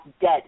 dead